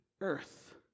earth